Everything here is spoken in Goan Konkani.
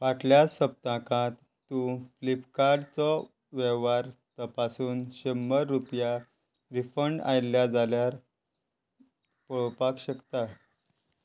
फाटल्या सप्ताकांत तूं फ्लिपकार्टचो वेव्हार तपासून शंबर रुपया रिफंड आयल्या जाल्यार पळोवपाक शकता